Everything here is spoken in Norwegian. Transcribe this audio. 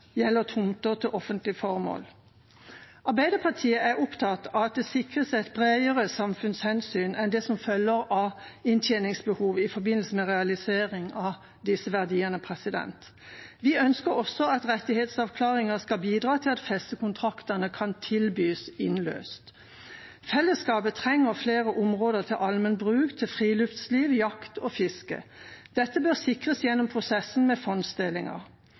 til offentlige formål. Arbeiderpartiet er opptatt av at det sikres et bredere samfunnshensyn enn det som følger av inntjeningsbehov i forbindelse med realisering av disse verdiene. Vi ønsker også at rettighetsavklaringer skal bidra til at festekontraktene kan tilbys innløst. Fellesskapet trenger flere områder til allmenn bruk, til friluftsliv, jakt og fiske. Dette bør sikres gjennom prosessen med fondsdelinger.